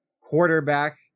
quarterback